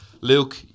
Luke